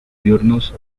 diurnos